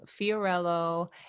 Fiorello